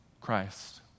Christ